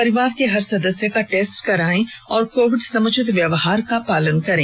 परिवार के हर सदस्य का टेस्ट करायें तथा कोविड समुचित व्यवहार का पालन करें